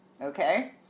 Okay